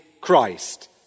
Christ